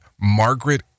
Margaret